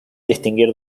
distinguir